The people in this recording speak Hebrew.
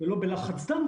ולא בלחץ דם,